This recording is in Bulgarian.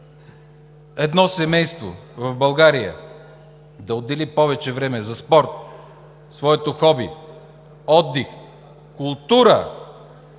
едно семейство в България да отдели повече време за спорт, за своето хоби, отдих и култура,